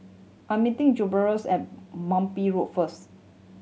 I'm meeting at Munbi Road first